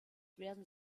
werden